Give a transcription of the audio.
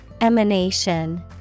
Emanation